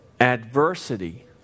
adversity